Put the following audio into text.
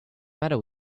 matter